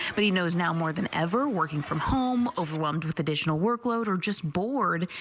but he knows now more than ever working from home, overwhelmed with additional workload, or just bored,